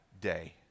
day